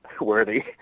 worthy